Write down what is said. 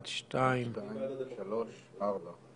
ארבעה.